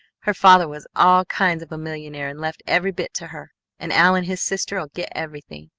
her father was all kinds of a millionaire and left every bit to her and al and his sister'll get everything.